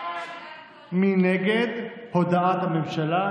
מי נגד הודעת הממשלה?